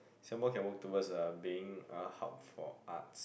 Singapore can work towards uh being a hub for arts